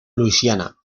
luisiana